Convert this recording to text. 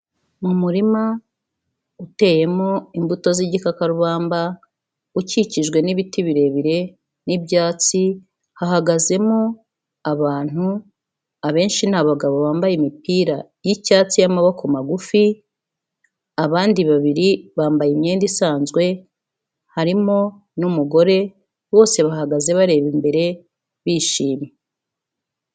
Mu murima uteyemo imbuto z'igikakarubamba, ukikijwe n'ibiti birebire n'ibyatsi, hahagazemo abantu, abenshi ni abagabo bambaye imipira y'icyatsi y'amaboko magufi, abandi babiri bambaye imyenda isanzwe, harimo n'umugore, bose bahagaze bareba imbere, bishimye.